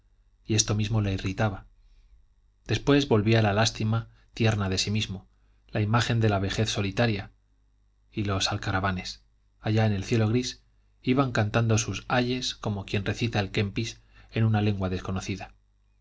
y esto mismo le irritaba después volvía la lástima tierna de sí mismo la imagen de la vejez solitaria y los alcaravanes allá en el cielo gris iban cantando sus ayes como quien recita el kempis en una lengua desconocida